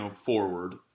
forward